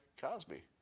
Cosby